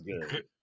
Good